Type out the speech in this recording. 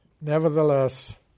Nevertheless